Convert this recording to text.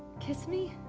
kiss me?